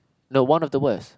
no one of the worst